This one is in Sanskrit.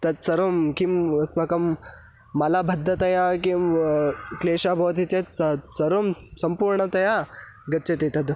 तद् सर्वं किम् अस्माकं मलबद्धतायाः किं क्लेशः भवति चेत् स सर्वं सम्पूर्णतया गच्छति तद्